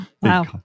Wow